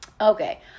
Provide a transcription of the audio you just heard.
Okay